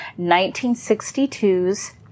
1962's